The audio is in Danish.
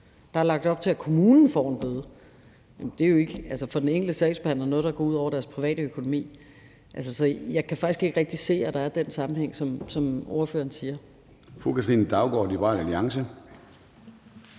Der er lagt op til, at kommunen får en bøde, og for de enkelte sagsbehandlere er det jo ikke noget, der går ud over deres private økonomi. Så jeg kan faktisk ikke rigtig se, at der er den sammenhæng, som ordføreren siger